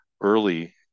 early